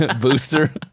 booster